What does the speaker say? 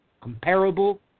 comparable